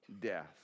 death